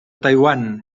taiwan